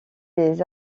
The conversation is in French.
des